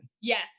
Yes